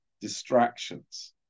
distractions